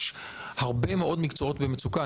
יש הרבה מאוד מקצועות במצוקה.